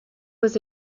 was